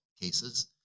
cases